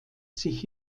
sich